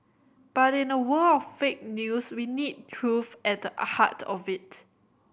but in a world of fake news you need truth at the a heart of it